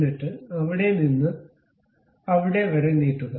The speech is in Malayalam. എന്നിട്ട് അവിടെ നിന്ന് അവിടെ വരെ നീട്ടുക